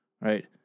right